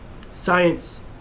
science